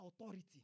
authority